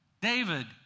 David